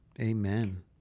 Amen